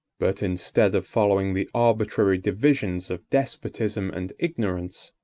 but, instead of following the arbitrary divisions of despotism and ignorance,